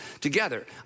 together